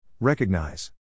Recognize